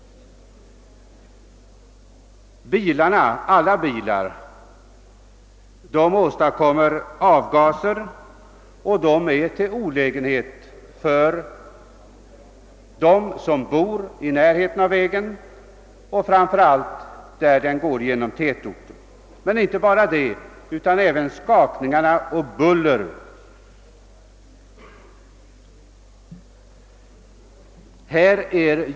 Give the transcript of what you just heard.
Alla bilar avger avgaser och åstadkommer därmed olägenhet för dem som bor i närheten av vägen och framför allt där den går genom tätorter. Men inte bara det: även skakningar och buller stör dem som bor utefter vägen.